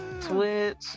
Twitch